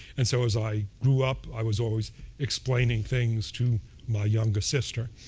and so as i grew up, i was always explaining things to my younger sister.